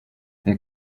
wir